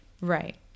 Right